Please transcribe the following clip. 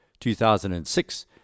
2006